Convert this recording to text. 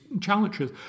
challenges